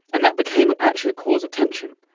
and that became actually a cause of tension,